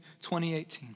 2018